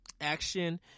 action